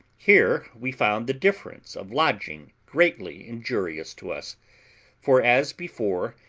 here we found the difference of lodging greatly injurious to us for, as before,